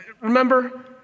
remember